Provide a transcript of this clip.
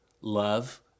love